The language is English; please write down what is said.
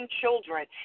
children